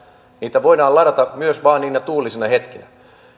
niitä voidaan ladata myös vain niinä tuulisina hetkinä